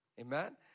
Amen